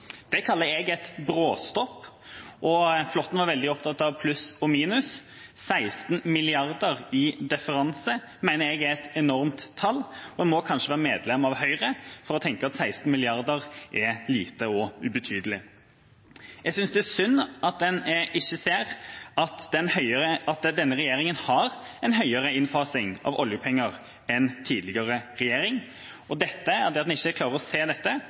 Det kaller jeg en bråstopp. Representanten Flåtten var veldig opptatt av pluss og minus. 16 mrd. kr i differanse mener jeg er et enormt tall. En må kanskje være medlem av Høyre for å tenke at 16 mrd. kr er lite og ubetydelig. Jeg synes det er synd at en ikke ser at denne regjeringa har en høyere innfasing av oljepenger enn tidligere regjering, og at en ikke klarer å se